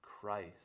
Christ